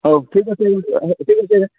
ହଉ ଠିକ ଅଛି ଠିକ ଅଛି ଆଜ୍ଞା